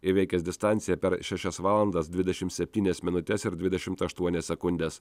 įveikęs distanciją per šešias valandas dvidešim septynias minutes ir dvidešimt aštuonias sekundes